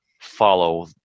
follow